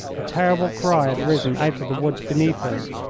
a terrible cry had risen out of the woods beneath us.